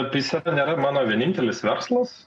apysaka nėra mano vienintelis verslas